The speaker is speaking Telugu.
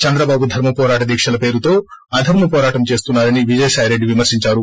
చంద్రబాబు ధర్మవోరాట దీక్షల పేరుతో అధర్మ పొరాటం చేస్తున్నా రని విజయసాయి రెడ్డి విమర్తించారు